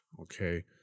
Okay